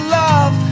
love